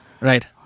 Right